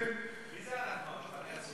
מי זה אנחנו, המחנה הציוני?